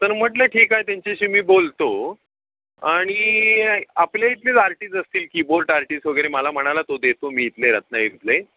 तर म्हटलं ठीक आहे त्यांच्याशी मी बोलतो आणि आपले इथलेच आर्टिस असतील कीबोर्ड आर्टिस्ट वगैरे मला म्हणाला तो देतो मी इथले रत्नागिरीतले